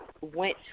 went